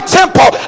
temple